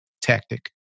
tactic